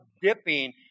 dipping